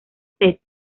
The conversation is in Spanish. sets